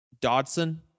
dodson